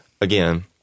again